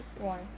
one